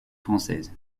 française